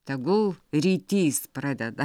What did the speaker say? tegul rytys pradeda